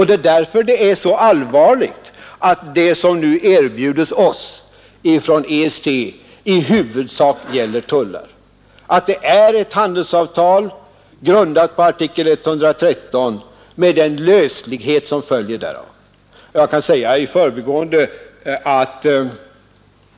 Det är därför det är så allvarligt att det som nu erbjuds oss från EEC i huvudsak gäller tullar — att det är ett handelsavtal, grundat på artikel 113, med den löslighet som följer därav.